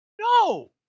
no